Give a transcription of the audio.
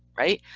right.